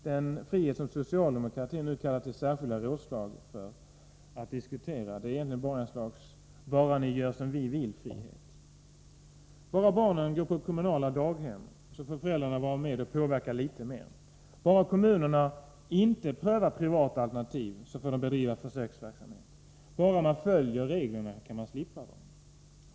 Den frihet som socialdemokratin nu kallar till särskilda rådslag för att diskutera är egentligen endast ett slags ”bara-ni-gör-som-vi-vill-frihet”. Bara barnen går på kommunala daghem får föräldrarna vara med och påverka litet mer. Bara kommunerna inte prövar privata alternativ får de bedriva försöksverksamhet. Bara man följer reglerna kan man slippa dem.